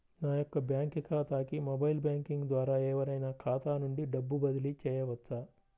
నా యొక్క బ్యాంక్ ఖాతాకి మొబైల్ బ్యాంకింగ్ ద్వారా ఎవరైనా ఖాతా నుండి డబ్బు బదిలీ చేయవచ్చా?